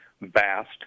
vast